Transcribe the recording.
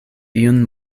iun